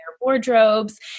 wardrobes